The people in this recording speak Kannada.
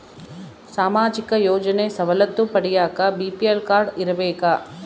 ಸಾಮಾಜಿಕ ಯೋಜನೆ ಸವಲತ್ತು ಪಡಿಯಾಕ ಬಿ.ಪಿ.ಎಲ್ ಕಾಡ್೯ ಇರಬೇಕಾ?